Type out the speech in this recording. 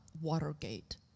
Watergate